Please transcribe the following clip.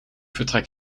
vertrek